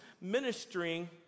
ministering